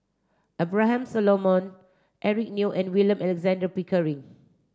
Abraham Solomon Eric Neo and William Alexander Pickering